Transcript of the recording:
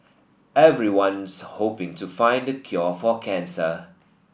everyone's hoping to find the cure for cancer